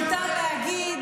מותר להגיד: